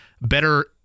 better